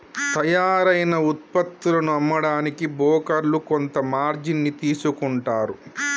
తయ్యారైన వుత్పత్తులను అమ్మడానికి బోకర్లు కొంత మార్జిన్ ని తీసుకుంటారు